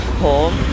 home